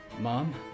Mom